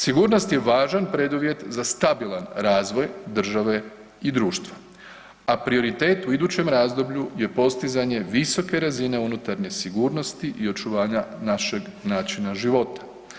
Sigurnost je važan preduvjet za stabilan razvoj države i društva a prioritet u idućem razdoblju je postizanje visoke razine unutarnje sigurnosti i očuvanja našeg načina života.